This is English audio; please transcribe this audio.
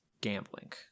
gambling